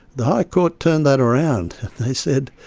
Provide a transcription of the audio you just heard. the high court turned that around and they said,